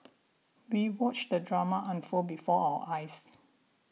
we watched the drama unfold before our eyes